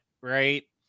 right